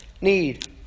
need